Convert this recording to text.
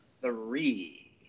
three